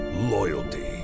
loyalty